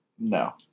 no